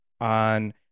on